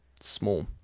small